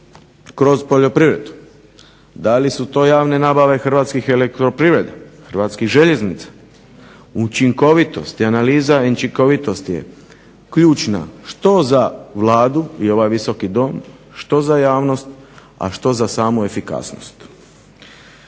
kroz poljoprivredu, da li su to javne nabave Hrvatskih elektroprivrede, Hrvatskih željeznica, učinkovitost i analiza učinkovitosti ključna što za Vladu i ovaj Visoki dom, što za javnost, a što za samu efikasnost.